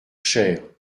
cher